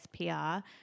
SPR